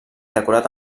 decorat